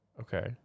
Okay